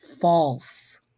false